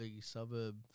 Suburb